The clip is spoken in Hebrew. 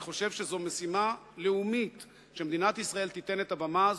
אני חושב שזו משימה לאומית שמדינת ישראל תיתן את הבמה הזאת,